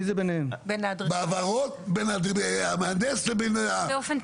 לשים לב בין השאר למהותו של הערעור, השלכותיו,